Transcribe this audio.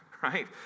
right